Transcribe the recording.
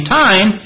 time